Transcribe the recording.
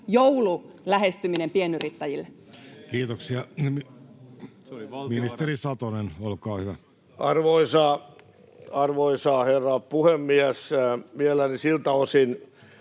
joululähestyminen pienyrittäjille? Kiitoksia. — Ministeri Satonen, olkaa hyvä. Arvoisa herra puhemies! Mielelläni siltä osin